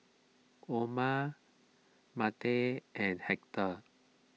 Oma Monte and Hector